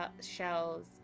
shells